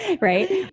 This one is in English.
right